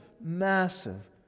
massive